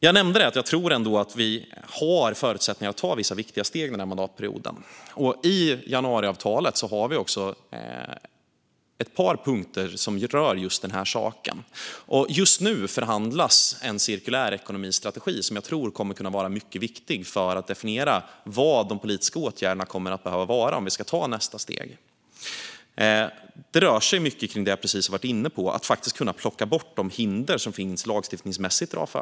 Jag nämnde att jag ändå tror att vi har förutsättningar att ta vissa viktiga steg under mandatperioden. I januariavtalet har vi ett par punkter som rör just den här saken. Just nu förhandlas en cirkulärekonomistrategi, som jag tror kommer att kunna vara mycket viktig för att definiera vilka de politiska åtgärderna kommer att behöva vara om vi ska kunna ta nästa steg. Det rör sig mycket om precis det som vi har varit inne på - att kunna plocka bort de hinder som i dag finns lagstiftningsmässigt för detta.